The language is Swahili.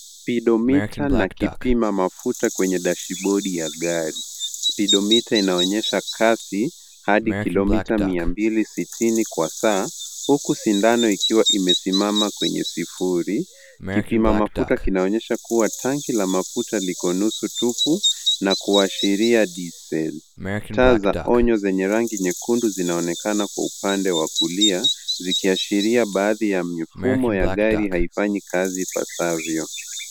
Spidomita na kipima mafuta kwenye dashibodi ya gari. Spidomita inaonyesha kasi hadi kilomita mia mbili sitini kwa saa huku sindano ikiwa imesimama kwenye sufuri. Kipima mafuta kinaonyesha kuwa tanki la mafuta liko nusu tupu na kuashiria diesel . Taa za onyo zenye rangi nyekundu zinaonekana kwa upande wa kulia zikiashiria baadhi ya mifumo ya gari haifanyi kazi ipasavyo.